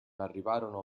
arrivarono